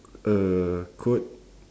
a coat